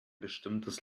bestimmtes